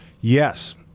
Yes